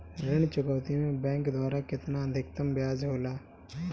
ऋण चुकौती में बैंक द्वारा केतना अधीक्तम ब्याज होला?